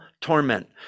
torment